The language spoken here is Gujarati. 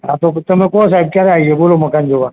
હા તો તમે કહો સાહેબ ક્યારે આવીએ બોલો મકાન જોવા